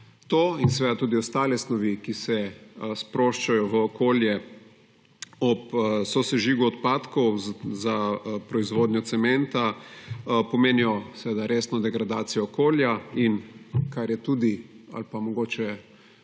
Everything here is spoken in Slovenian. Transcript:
To in seveda tudi ostale snovi, ki se sproščajo v okolje ob sosežigu odpadkov za proizvodnja cementa, pomenijo seveda resno degradacijo okolja in kar je tudi ali pa mogoče